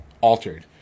altered